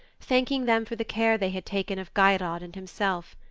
thanking them for the care they had taken of geirrod and himself.